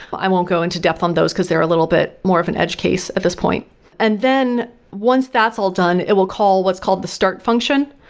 i won't go into depth on those because they are a little bit more of an edge case at this point and then once that's all done, it will call what's called the start function.